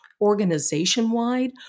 organization-wide